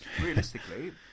Realistically